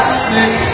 see